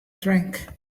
drink